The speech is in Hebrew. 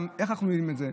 איך אנחנו יודעים את זה?